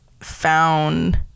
found